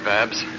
Babs